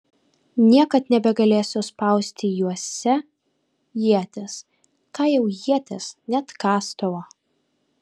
niekad nebegalėsiu spausti juose ieties ką jau ieties net kastuvo